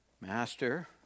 Master